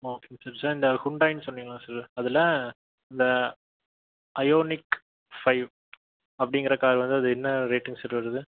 ஓகேங்க சார் இந்த ஹுண்டாய்னு சொன்னிங்கள்ள சார் அதில் இந்த அயோனிக் ஃபைவ் அப்படிங்கிற கார் வந்து அது என்ன ரேட்டுங்க சார் வருது